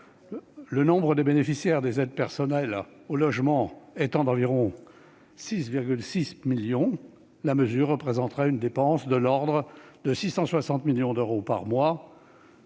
le nombre des bénéficiaires des aides personnelles au logement étant d'environ 6,6 millions d'euros, la mesure représenterait une dépense de l'ordre de 660 millions d'euros par mois,